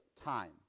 time